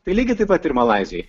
tai lygiai taip pat ir malaizijoj